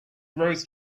rose